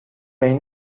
این